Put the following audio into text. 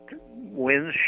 Winds